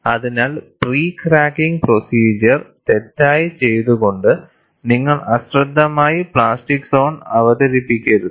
അതിനാൽ pre cracking procedure തെറ്റായി ചെയ്തുകൊണ്ട് നിങ്ങൾ അശ്രദ്ധമായി പ്ലാസ്റ്റിക് സോൺ അവതരിപ്പിക്കരുത്